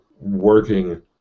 working